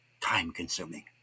time-consuming